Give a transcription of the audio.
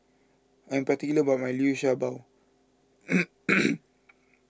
I'm particular about my Liu Sha Bao